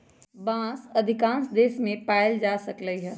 बांस अधिकांश देश मे पाएल जा सकलई ह